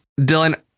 Dylan